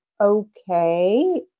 okay